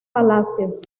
palacios